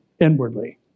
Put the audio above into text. inwardly